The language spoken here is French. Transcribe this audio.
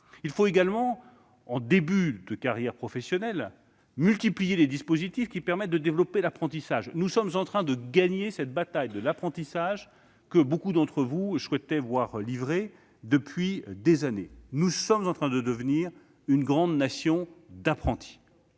Il faut également, en début de carrière professionnelle, multiplier les dispositifs qui permettent de développer l'apprentissage. Nous sommes en train de gagner cette bataille de l'apprentissage que beaucoup d'entre vous souhaitaient voir livrée depuis des années. Nous sommes en train de devenir une grande nation d'apprentis.